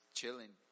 chilling